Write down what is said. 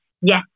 yes